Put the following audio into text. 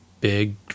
big